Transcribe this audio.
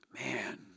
man